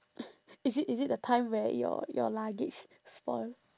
is it is it the time where your your luggage spoil